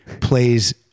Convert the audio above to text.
plays